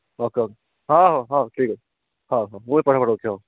okay okay ହ ହଉ ହଉ ଠିକ ଅଛି ହଉ ହଉ ମୁଇଁ ପଇସା ପଠୋଉଛି ହଉ